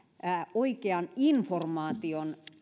oikean informaation